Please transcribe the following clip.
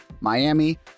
Miami